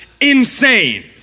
Insane